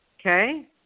Okay